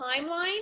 timeline